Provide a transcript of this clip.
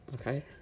Okay